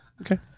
Okay